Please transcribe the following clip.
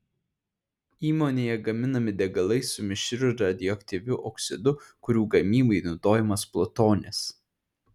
įmonėje gaminami degalai su mišriu radioaktyviu oksidu kurių gamybai naudojamas plutonis